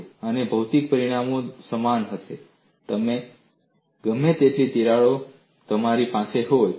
અને ભૌતિક પરિમાણો સમાન રહેશે ભલે ગમે તેટલી તિરાડો તમારી પાસે હોય